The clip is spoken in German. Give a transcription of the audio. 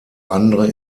andere